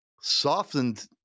softened